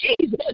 Jesus